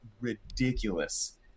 ridiculous